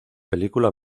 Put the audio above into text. película